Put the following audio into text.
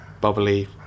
bubbly